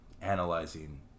analyzing